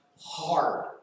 hard